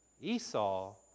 Esau